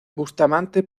bustamante